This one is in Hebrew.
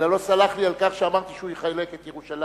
אלא לא סלח לי על כך שאמרתי שהוא יחלק את ירושלים.